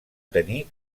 tenir